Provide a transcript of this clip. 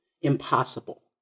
Impossible